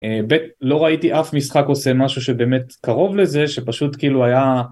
לא ראיתי אף משחק עושה משהו שבאמת קרוב לזה שפשוט כאילו היה